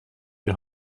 die